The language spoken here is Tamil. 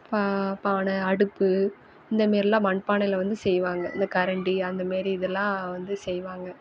பா பானை அடுப்பு இந்த மாரிலாம் மண்பானையில் வந்து செய்வாங்க இந்த கரண்டி அந்த மாரி இதெல்லாம் வந்து செய்வாங்க